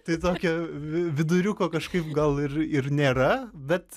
tai tokio vi viduriuko kažkaip gal ir ir nėra bet